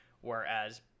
Whereas